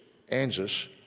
anzus,